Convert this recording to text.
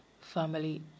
family